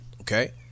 Okay